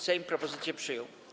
Sejm propozycję przyjął.